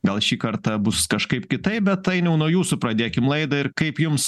gal šį kartą bus kažkaip kitaip bet ainiau nuo jūsų pradėkim laidą ir kaip jums